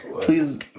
please